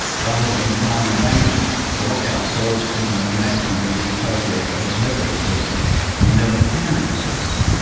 rather than try and vainly to lock ourselves in to an imaginary utopia that has never existed and never can exist?